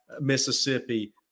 Mississippi